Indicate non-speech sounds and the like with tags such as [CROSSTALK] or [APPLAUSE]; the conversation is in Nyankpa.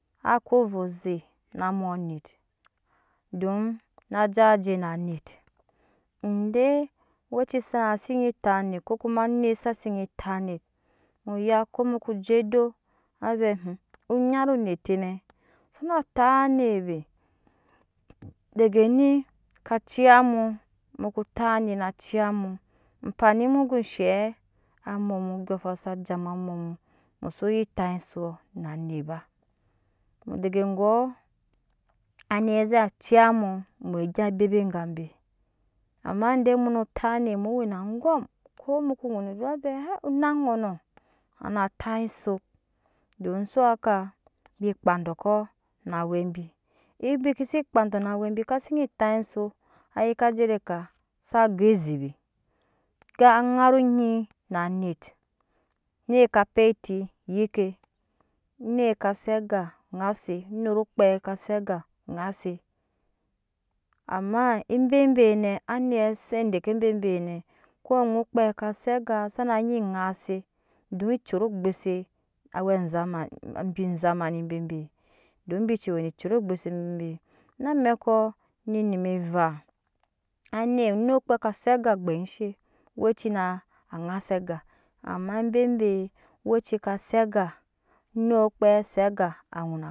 Ake ovɛ ze donna ja je na anet ede oweci zana si nyi tap anet ko kuma onet za si nyi tap anet muya kko mu kuje doo ave [HESITATION] oŋait ne sana tap anet [NOISE] be dege ni ka ciya mu muko tap ni na ciya mu apani mu go eshe amumu aondɔɔŋafan sa ja ma amumu mu so nyi tap esok na anet ba dege ga be ama de mun no tap anet mu wena angom ko mu ko ŋun gan avɛ hɛ ona ŋunɔ na tap ezok don so haka bi kpaa dɔkɔ naa awɛ bi inbi kezi kpaa dɔɔ na awɛ bi kasi nyi tap esak sa ka je ede ka sa geze be ka ŋaru onyi na anet onet ka pei eti yik ke onet ka ze aga nase onet kpei zaka se aga ŋase ama ebe nɛ anet set deke bebe nɛ ko onyi kpei saaka se aga sana nyi ŋase duk cuvo ogbuse awɛ zamani bi zamani bebenɛ domi bici we ne curogbuse bebe na amekɔ ne emu vaa anet ŋu okpei ka se aga gbashe oweci naa aŋase aga ama bebe weci ka se aga onet ase aga aŋuna gan